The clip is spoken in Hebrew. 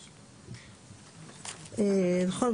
נכון,